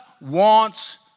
wants